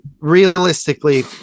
realistically